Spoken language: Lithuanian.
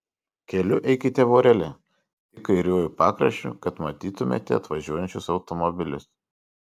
keliu eikite vorele tik kairiuoju pakraščiu kad matytumėte atvažiuojančius automobilius